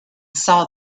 saw